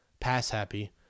pass-happy